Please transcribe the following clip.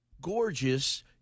gorgeous